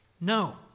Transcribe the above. No